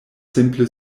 simple